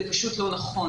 זה פשוט לא נכון.